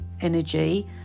energy